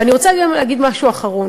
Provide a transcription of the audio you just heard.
ואני רוצה להגיד משהו אחרון.